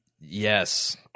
yes